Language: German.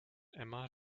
emma